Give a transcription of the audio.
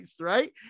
right